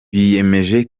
biyemeje